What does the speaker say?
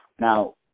Now